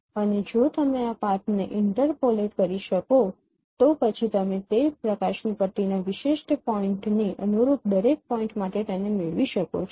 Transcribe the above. અને જો તમે આ પાથને ઇન્ટરપોલેટ કરી શકો છો તો પછી તમે તે પ્રકાશની પટ્ટીના વિશિષ્ટ પોઈન્ટને અનુરૂપ દરેક પોઈન્ટ માટે તેને મેળવી શકો છો